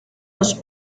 los